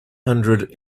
hundred